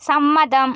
സമ്മതം